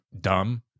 dumb